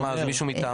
אז מה אז מישהו מטעמו?